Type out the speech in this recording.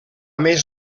més